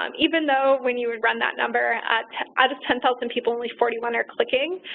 um even though when you run that number, out of ten thousand people only forty one are clicking.